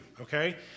Okay